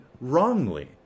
wrongly